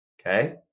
okay